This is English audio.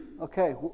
Okay